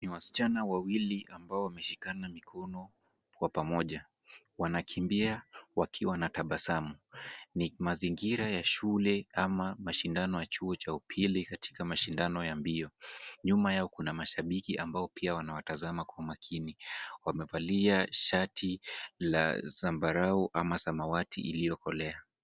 Ni wasichana wawili ambao wameshikana mikono kwa pamoja. Wanakimbia wakiwa na tabasamu. Ni mazingira ya shule ama mashindano ya chuo cha upili katika mashindano ya mbio. Nyuma yao kuna mashabiki ambao pia wanawatazama kwa makini. Wamevalia shati la zambarau ama samawati iliyokolea.